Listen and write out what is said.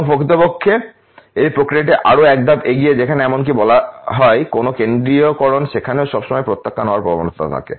এবং প্রকৃতপক্ষে এই প্রক্রিয়াটি আরও একধাপ এগিয়ে যেখানে এমনকি যদি বলা হয় কোনও কেন্দ্রীকরণ সেখানেও সবসময় প্রত্যাখ্যান হওয়ার প্রবণতা থাকে